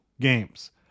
games